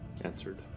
Answered